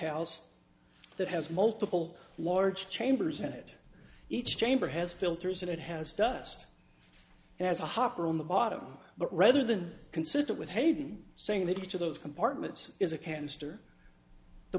house that has multiple large chambers in it each chamber has filters that it has does and has a hopper on the bottom but rather than consistent with hayden saying that each of those compartments is a canister the